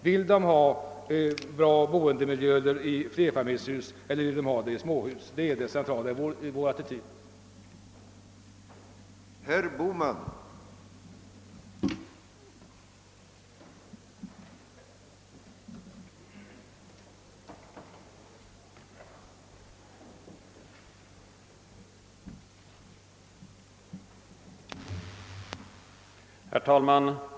Det centrala för oss i denna fråga är att människorna själva skall avgöra, om de vill bo i flerfamiljshus eller i småhus.